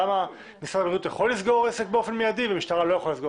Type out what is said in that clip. למה משרד הבריאות יכול לסגור עסק באופן מיידי והמשטרה לא יכולה.